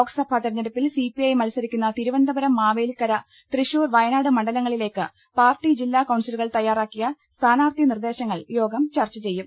ലോക്സഭാ തെരഞ്ഞെ ടുപ്പിൽ സിപിഐ മത്സരിക്കുന്ന തിരുവനന്തപുരം മാവേലിക്കര തൃശൂർ വയനാട് മണ്ഡലങ്ങളിലേക്ക് പാർട്ടി ജില്ലാ കൌൺസിലു കൾ തയാറാക്കിയ സ്ഥാനാർഥി നിർദേശങ്ങൾ യോഗം ചർച്ച ചെയ്യും